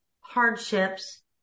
hardships